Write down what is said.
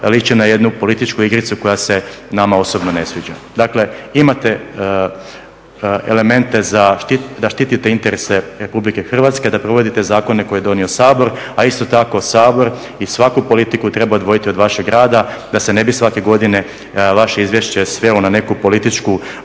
liči na jednu političku igricu koja se nama osobno ne sviđa. Dakle, imate elemente da štite interese RH, da provodite zakone koje je donio Sabor, a isto tako Sabor i svaku politiku treba odvojiti od vašeg rada da se ne bi svake godine vaše izvješće svelo na neku političku